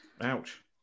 Ouch